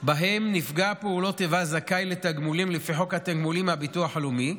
שבהם נפגע פעולות איבה זכאי לתגמולים לפי חוק התגמולים מהביטוח הלאומי,